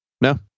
No